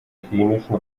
chemischen